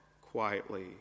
quietly